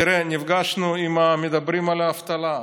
תראה, אם מדברים על האבטלה,